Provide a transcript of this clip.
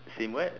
same what